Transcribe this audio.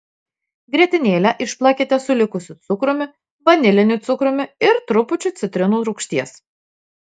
grietinėlę išplakite su likusiu cukrumi vaniliniu cukrumi ir trupučiu citrinų rūgšties